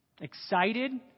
excited